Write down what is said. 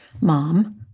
mom